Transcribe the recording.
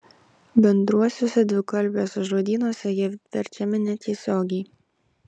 bendruosiuose dvikalbiuose žodynuose jie verčiami netiesiogiai